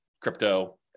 crypto